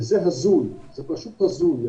זה פשוט הזוי.